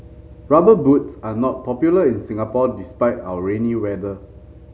Rubber Boots are not popular in Singapore despite our rainy weather